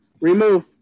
remove